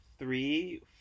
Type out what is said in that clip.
Three